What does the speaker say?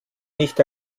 nicht